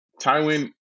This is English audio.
Tywin